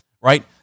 right